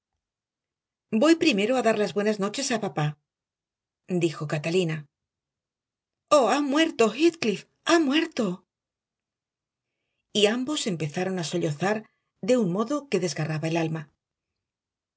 voy primero a dar las buenas noches a papá dijo catalina oh ha muerto heathcliff ha muerto y ambos empezaron a sollozar de un modo que desgarraba el alma